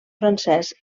francès